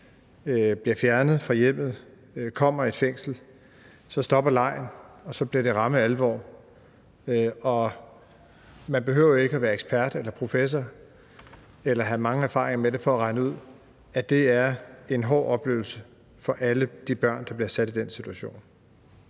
bliver fjernet fra hjemmet og kommer i fængsel, stopper legen, og så bliver det ramme alvor. Man behøver jo ikke at være ekspert eller professor eller have mange erfaringer med det for at regne ud, at det er en hård oplevelse for alle børn, der bliver sat i den situation.